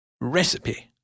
Recipe